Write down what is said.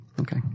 Okay